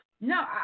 no